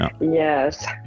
Yes